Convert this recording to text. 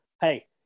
hey